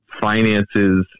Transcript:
finances –